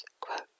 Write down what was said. quote